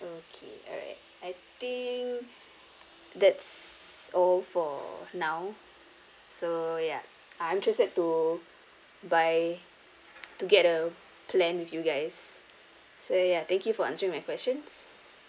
okay alright I think that's all for now so ya I'm interested to buy to get the plan with you guys so ya thank you for answering my questions